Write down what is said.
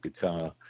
guitar